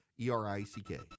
E-R-I-C-K